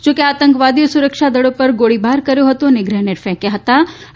જોકે આતંકવાદીઓએ સુરક્ષાદળો પર ગોળીબાર કર્યો હતો અને ગ્રેનેટ ફેક્યા હતાં